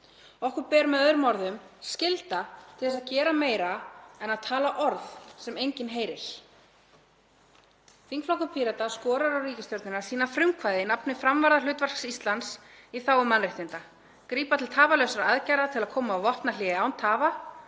Okkur ber með öðrum orðum skylda til að gera meira en að tala orð sem enginn heyrir. Þingflokkur Pírata skorar á ríkisstjórnina að sýna frumkvæði í nafni framvarðarhlutverks Íslands í þágu mannréttinda, grípa til tafarlausra aðgerða til að koma á vopnahléi án tafa,